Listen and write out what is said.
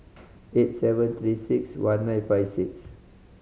eight seven Three Six One nine five six